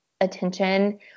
attention